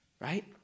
right